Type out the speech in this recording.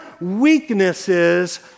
weaknesses